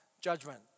judgment